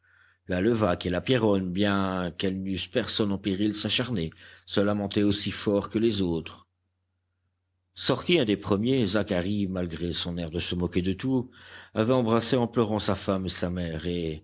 la levaque et la pierronne bien qu'elles n'eussent personne en péril s'acharnaient se lamentaient aussi fort que les autres sorti un des premiers zacharie malgré son air de se moquer de tout avait embrassé en pleurant sa femme et sa mère